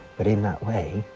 but in that way,